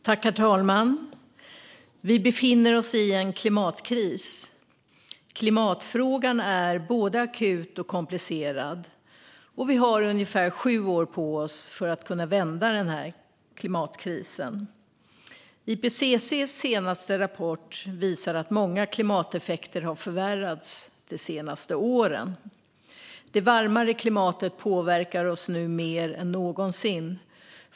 Herr talman! Vi befinner oss i en klimatkris. Klimatfrågan är både akut och komplicerad, och vi har ungefär sju år på oss att vända klimatkrisen. IPCC:s senaste rapport visar att många klimateffekter har förvärrats de senaste åren. Det varmare klimatet påverkar oss nu mer än någonsin.